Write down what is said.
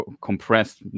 compressed